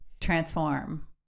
transform